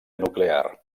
nuclear